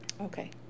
Okay